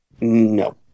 No